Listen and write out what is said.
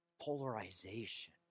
Polarization